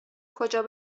کجا